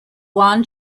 wan